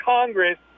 Congress